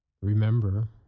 remember